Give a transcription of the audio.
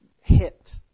hit